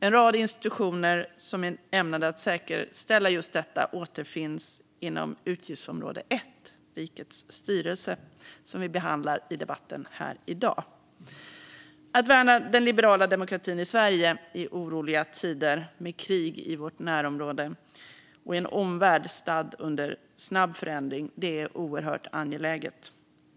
En rad institutioner som är ämnade att säkerställa just detta återfinns inom utgiftsområde 1 Rikets styrelse, som vi behandlar i debatten här i dag. Att värna den liberala demokratin i Sverige i oroliga tider med krig i vårt närområde och i en omvärld stadd i snabb förändring är oerhört angeläget.